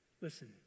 Listen